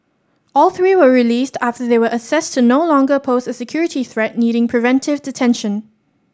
all three were released after they were assessed to no longer pose a security threat needing preventive detention